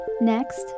Next